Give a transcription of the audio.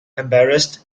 embarrassed